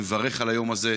אני מברך על היום הזה,